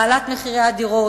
בהעלאת מחירי הדירות.